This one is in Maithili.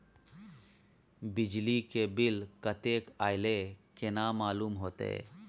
बिजली के बिल कतेक अयले केना मालूम होते?